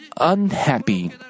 unhappy